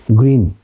green